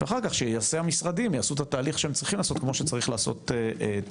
אחר כך שהמשרדים יעשו את התהליך שצריכים לעשות כפי שצריך לעשות תהליך,